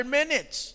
minutes